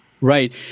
right